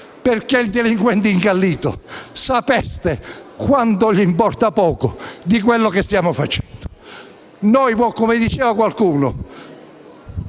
perché al delinquente incallito sapeste quanto gliene importa poco di quanto stiamo facendo. Come diceva qualcuno,